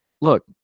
look